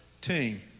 team